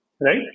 right